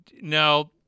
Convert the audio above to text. now